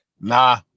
Nah